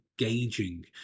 engaging